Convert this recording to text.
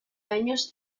años